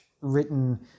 Written